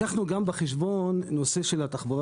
לקחנו בחשבון גם את הנושא של תחבורה